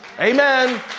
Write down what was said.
Amen